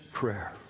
prayer